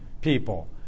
people